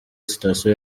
sitasiyo